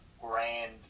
grand